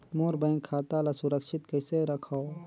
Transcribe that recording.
मोर bank खाता ला सुरक्षित कइसे रखव?